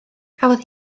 cafodd